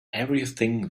everything